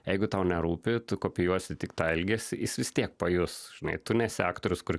jeigu tau nerūpi tu kopijuosi tik tą elgesį jis vis tiek pajus žinai tu nesi aktorius kur